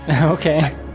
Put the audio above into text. Okay